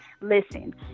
listen